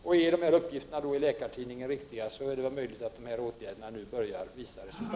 Om uppgifterna i Läkartidningen är riktiga, är det möjligt att åtgärderna nu börjar visa resultat.